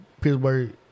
Pittsburgh